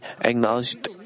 acknowledged